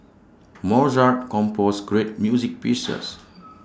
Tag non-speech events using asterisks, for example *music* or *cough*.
Mozart composed great music pieces *noise*